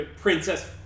Princess